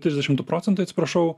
trisdešimt du procentai atsiprašau